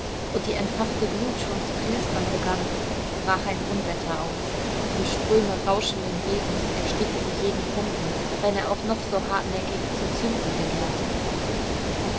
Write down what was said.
und die entfachte glut schon zu knistern begann brach ein unwetter aus und ströme rauschenden regens erstickten jeden funken wenn er auch noch so hartnäckig zu zünden begehrte